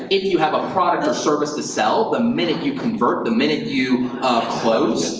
if you have a product or service to sell, the minute you convert, the minute you close,